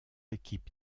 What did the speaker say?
équipes